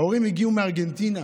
ההורים הגיעו מארגנטינה.